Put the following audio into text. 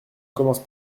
commence